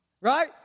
right